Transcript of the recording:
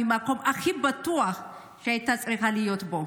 מהמקום הכי בטוח שהיא הייתה צריכה להיות בו.